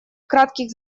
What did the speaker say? кратких